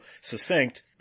succinct